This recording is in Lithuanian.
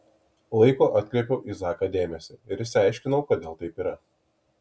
laiku atkreipiau į zaką dėmesį ir išsiaiškinau kodėl taip yra